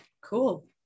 cool